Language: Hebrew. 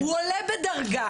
הוא עולה בדרגה,